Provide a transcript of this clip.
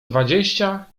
dwadzieścia